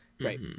Right